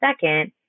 second